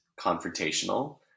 confrontational